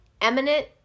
eminent